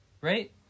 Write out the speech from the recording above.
right